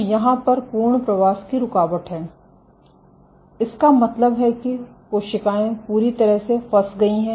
तो यहाँ पर पूर्ण प्रवास की रुकावट है इसका मतलब है कि कोशिकाएं पूरी तरह से फंस गई हैं